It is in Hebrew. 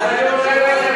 אז אני אומר לכן,